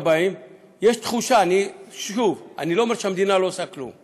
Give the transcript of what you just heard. יש תחושה, שוב, אני לא אומר שהמדינה לא עושה כלום,